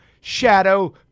shadow